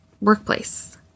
workplace